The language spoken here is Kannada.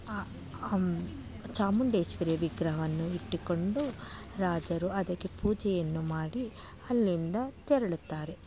ಆ ಚಾಮುಂಡೇಶ್ವರಿಯ ವಿಗ್ರಹವನ್ನು ಇಟ್ಟುಕೊಂಡು ರಾಜರು ಅದಕ್ಕೆ ಪೂಜೆಯನ್ನು ಮಾಡಿ ಅಲ್ಲಿಂದ ತೆರಳುತ್ತಾರೆ